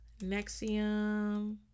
Nexium